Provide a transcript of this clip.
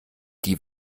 die